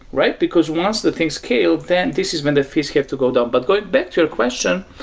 right? because once the thing is killed, then this is when the fees have to go down. but going back to your question,